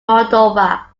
moldova